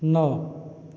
नौ